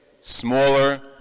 smaller